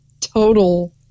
total